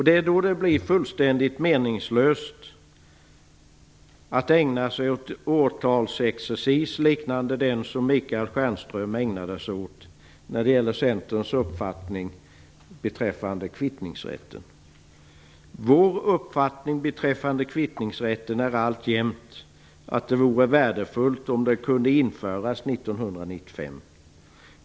Det är då fullständigt meningslöst att ägna sig åt årtalsexercis liknande den som Michael Stjernström ägnar sig åt när det gäller Centerns uppfattning beträffande kvittningsrätten. Vår uppfattning beträffande kvittningsrätten är alltjämt att det vore värdefullt om den kunde införas 1995.